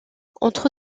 entre